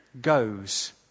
goes